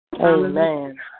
Amen